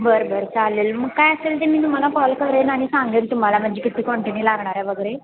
बर बरं चालेल मग काय असेल मी तुम्हाला कॉल करेन सांगेन तुम्हाला म्हणजे किती क्वांटिनी लागणार आहे वगैरे